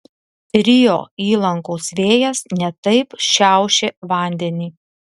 rio įlankos vėjas ne taip šiaušė vandenį